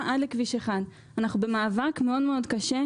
עד לכביש 1. אנחנו במאבק קשה מאוד.